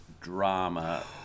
drama